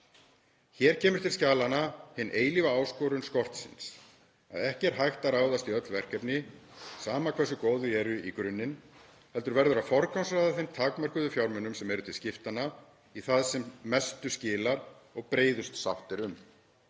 Hér kemur til skjalanna hin eilífa áskorun skortsins, að ekki er hægt að ráðast í öll verkefni, sama hversu góð þau eru í grunninn, heldur verður að forgangsraða þeim takmörkuðu fjármunum sem eru til skiptanna í það sem mestu skilar og breiðust sátt er um.